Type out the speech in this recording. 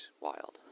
wild